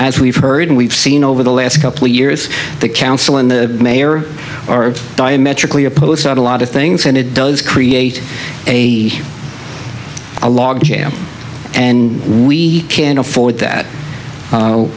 as we've heard and we've seen over the last couple years the council and the mayor are diametrically opposed to a lot of things and it does create a a log jam and we can't afford that